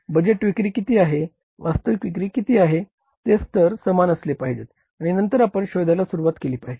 budget विक्री किती आहे वास्तविक विक्री किती आहे ते स्तर समान असले पाहिजे आणि नंतर आपण शोधायला सुरुवात केली पाहिजे